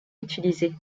utilisée